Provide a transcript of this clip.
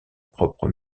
propre